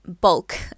bulk